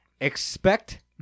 Expect